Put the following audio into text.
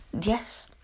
yes